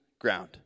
ground